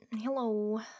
Hello